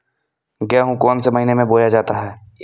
गेहूँ कौन से महीने में बोया जाता है?